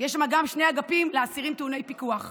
יש שם גם שני אגפים לאסירים טעוני פיקוח.